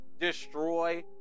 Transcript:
Destroy